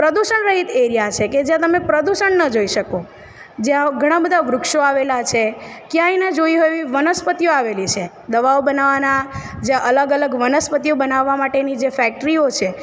પ્રદૂષણ રહિત એરિયા છે કે જ્યાં તમે પ્રદૂષણ ન જોઈ શકો જ્યાં ઘણાં બધાં વૃક્ષો આવેલાં છે ક્યાંય ન જોઈ હોય એવી વનસ્પતિઓ આવેલી છે દવાઓ બનાવવાનાં જે અલગ અલગ વનસ્પતિઓ બનાવવાં માટેની જે ફેક્ટરીઓ છે